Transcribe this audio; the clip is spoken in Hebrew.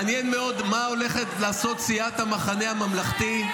מעניין מאוד מה הולכת לעשות סיעת המחנה הממלכתי.